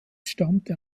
stammte